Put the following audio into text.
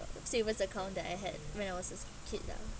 savers account that I had when I was a kid lah